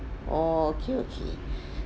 orh okay okay